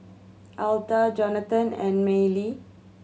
Altha Johnathan and Mellie